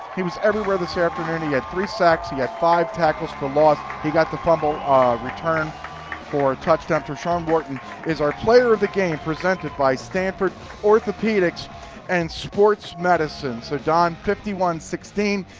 he was everywhere this afternoon. he had three sacks, he had five tackles for loss, he got the fumble return for a touchdown. tershawn wharton is our player of the game presented by sanford orthopedics and sports medicine. so, donn, fifty one sixteen